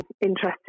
interesting